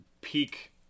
peak